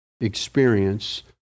experience